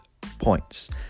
points